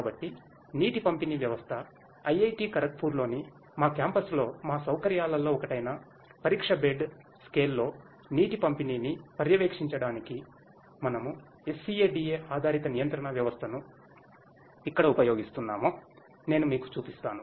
కాబట్టి నీటి పంపిణీ వ్యవస్థ IIT ఖరగ్పూర్లోని మా క్యాంపస్లో మా సౌకర్యాలలో ఒకటైన పరీక్ష బెడ్ స్కేల్లో నీటి పంపిణీని పర్యవేక్షించడానికి మనము SCADA ఆధారిత నియంత్రణ వ్యవస్థను ఎక్కడ ఉపయోగిస్తున్నామో నేను మీకు చూపిస్తాను